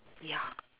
ya